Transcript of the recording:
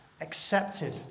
accepted